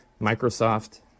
Microsoft